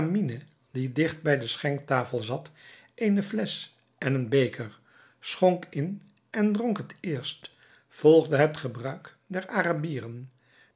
die digt bij de schenktafel zat eene flesch en een beker schonk in en dronk het eerst volgens het gebruik der arabieren